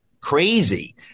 crazy